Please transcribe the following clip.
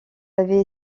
avait